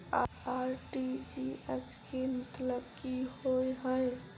RTGS केँ मतलब की होइ हय?